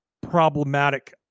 problematic